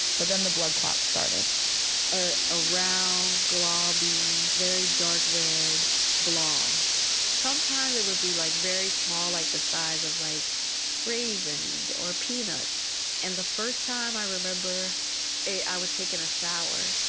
but then the blood clots started ah a round globby, very dark red blob sometimes it would be like very small like the size of like raisins or peanuts and the first time i remember it, i was taking a shower,